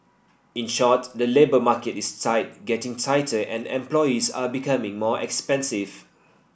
in short the labour market is tight getting tighter and employees are becoming more expensive